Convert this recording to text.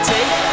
Take